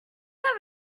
have